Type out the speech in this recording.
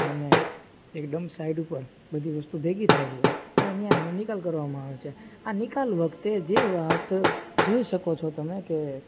અને એકદમ સાઈડ ઉપર બધી વસ્તુ ભેગી થાય છે અને ત્યાં એનો નિકાલ કરવામાં આવે છે આ નિકાલ વખતે જે વાત જોઈ શકો છો તમે કે